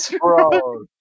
Bro